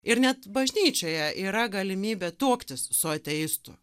ir net bažnyčioje yra galimybė tuoktis su ateistu